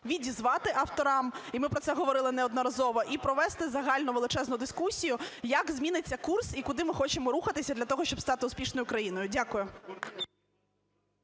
відізвати авторам, і ми про це говорили неодноразово, і провести загальну величезну дискусію, як зміниться курс і куди ми хочемо рухатися для того, щоб стати успішною країною. Дякую.